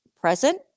present